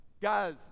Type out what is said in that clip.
Guys